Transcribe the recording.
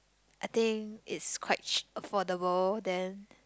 I think is quite ch~ affordable then